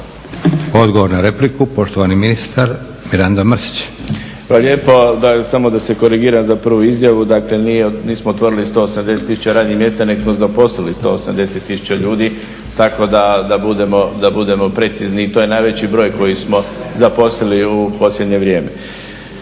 Odgovor na repliku, poštovani ministar Mirando Mrsić. **Mrsić, Mirando (SDP)** Hvala lijepa. Samo da se korigiram za prvu izjavu, dakle nismo otvorili 180 tisuća radnih mjesta nego smo zaposlili 180 tisuća ljudi. Tako da budemo precizni i to je najveći broj koji smo zaposlili u posljednje vrijeme.